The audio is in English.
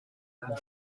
and